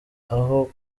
aho